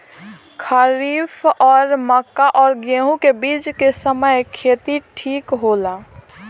खरीफ और मक्का और गेंहू के बीच के समय खेती ठीक होला?